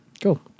cool